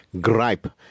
gripe